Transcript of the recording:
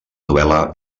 novel·la